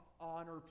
honor